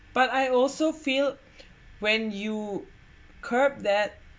but I also feel when you curb that